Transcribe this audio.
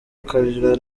kalira